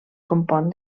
compon